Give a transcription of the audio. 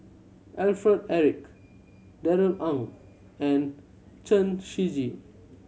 Alfred Eric Darrell Ang and Chen Shiji